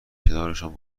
کنارشان